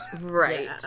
right